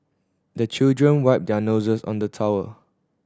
the children wipe their noses on the towel